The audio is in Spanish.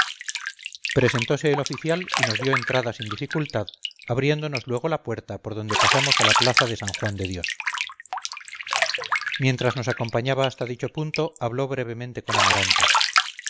presentose el oficial y nos dio entrada sin dificultad abriéndonos luego la puerta por donde pasamos a la plaza de san juan de dios mientras nos acompañaba hasta dicho punto habló brevemente con amaranta